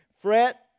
Fret